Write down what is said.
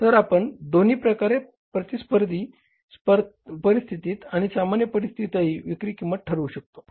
तर आपण दोन्ही प्रकारे प्रतिस्पर्धी परिस्थितीत आणि सामान्य परिस्थितीतही विक्री किंमती ठरवू शकतो